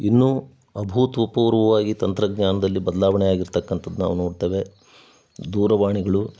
ಇನ್ನೂ ಅಭೂತಪೂರ್ವವಾಗಿ ತಂತ್ರಜ್ಞಾನದಲ್ಲಿ ಬದಲಾವಣೆ ಆಗಿರ್ತಕ್ಕಂಥದ್ದು ನಾವು ನೋಡ್ತೇವೆ ದೂರವಾಣಿಗಳು